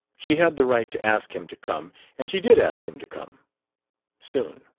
she had the right to ask him to come and she did ask him to come soon.